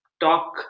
talk